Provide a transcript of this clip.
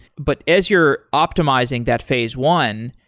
but as you're optimizing that phase one,